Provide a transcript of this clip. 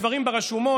הדברים ברשומות.